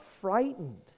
frightened